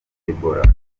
ebola